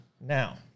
Now